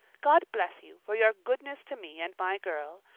god bless you, for your goodness to me and my girl,